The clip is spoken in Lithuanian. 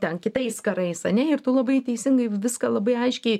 ten kitais karais ane ir tu labai teisingai viską labai aiškiai